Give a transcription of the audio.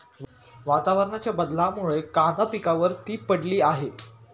वातावरणाच्या बदलामुळे कांदा पिकावर ती पडली आहे